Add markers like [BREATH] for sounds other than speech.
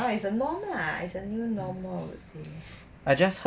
now is a norm lah is a new norm lor I would say [BREATH]